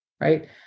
Right